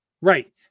Right